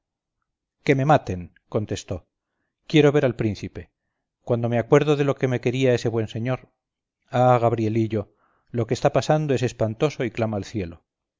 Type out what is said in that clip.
que me maten contestó quiero ver al príncipe cuando me acuerdo de lo que me quería ese buen señor ah gabrielillo lo que está pasando es espantoso y clama al cielo